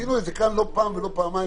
עשינו את זה כאן לא פעם ולא פעמיים,